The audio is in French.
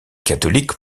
catholiques